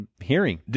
hearing